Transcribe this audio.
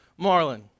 Marlon